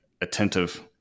attentive